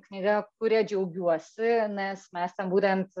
knyga kuria džiaugiuosi nes mes ten būtent